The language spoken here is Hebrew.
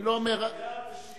אני לא אומר --- שהיה ושיהיה.